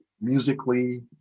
musically